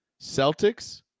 Celtics